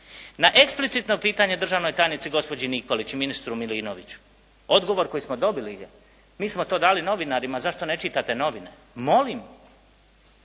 Na eksplicitno pitanje državnoj tajnici gospođi Nikolić i ministru Milinoviću odgovor koji smo dobili je: «Mi smo to dali novinarima. Zašto ne čitate novine?» Molim?